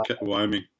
Wyoming